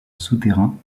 souterrain